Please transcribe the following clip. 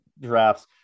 drafts